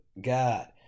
God